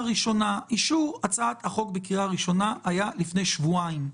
אישור הצעת החוק בקריאה הראשונה היה לפני שבועיים.